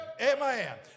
Amen